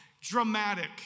Dramatic